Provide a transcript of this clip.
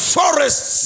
forests